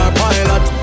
pilot